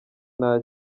nta